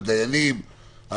הדיינים,